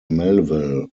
melville